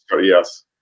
Yes